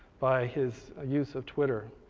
by his use of twitter,